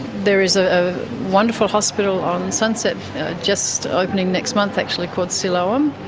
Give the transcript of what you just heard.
there is ah a wonderful hospital on sunset just opening next month actually, called siloam.